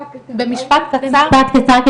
במשפט קצר,